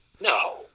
no